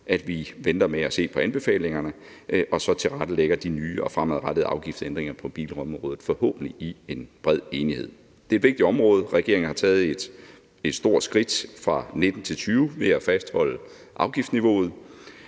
at vi venter med at se på anbefalingerne og så tilrettelægger de nye og fremadrettede afgiftsændringer på bilområdet i en forhåbentlig bred enighed. Det er et vigtigt område. Regeringen har taget et stort skridt fra 2019 til 2020 ved at fastholde afgiftsniveauet.